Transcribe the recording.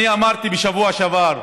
אני אמרתי בשבוע שעבר: